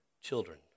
children